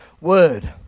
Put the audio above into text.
word